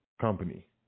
company